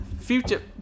future